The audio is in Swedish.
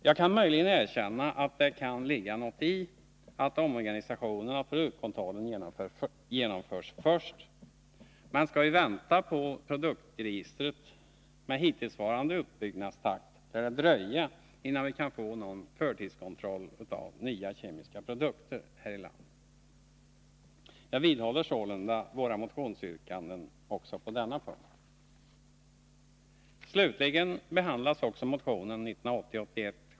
Jag kan möjligen erkänna att det kan ligga något i att omorganisationen av produktkontrollen genomförs först, men skall vi vänta på produktregistret, lär det — med hittillsvarande uppbyggnadstakt — dröja innan vi kan få någon förtidskontroll av nya kemiska produkter här i landet. Jag vidhåller sålunda våra motionsyrkanden också på denna punkt.